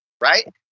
right